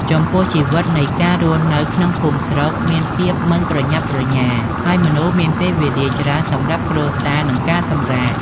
ចំពោះ ជីវិតនៃការរស់នៅក្នុងភូមិស្រុកមានភាពមិនប្រញាប់ប្រញាល់ ហើយមនុស្សមានពេលវេលាច្រើនសម្រាប់គ្រួសារ និងការសម្រាក។